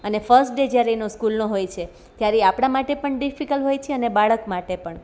અને first day જ્યારે એનો સ્કૂલનો હોય છે ત્યારે આપણા માટે પણ ડિફિકલ હોય છે અને બાળક માટે પણ